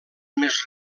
més